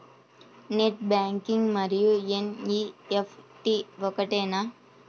Net banking మరియు NEFT ఒకటేనా?